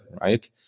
right